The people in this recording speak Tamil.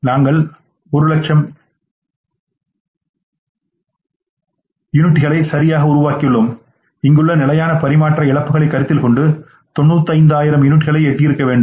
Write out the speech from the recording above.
நாங்கள் 100000 யூனிட்களை சரியாக உருவாக்கியுள்ளோம் இங்குள்ள நிலையான பரிமாற்ற இழப்புகளை கருத்தில் கொண்டு 95000 யூனிட்டுகளை எட்டியிருக்க வேண்டும்